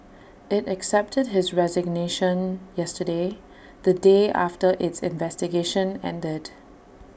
IT accepted his resignation yesterday the day after its investigation ended